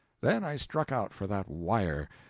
then i struck out for that wire,